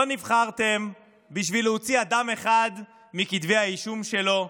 לא נבחרתם בשביל להוציא אדם אחד מכתבי האישום שלו.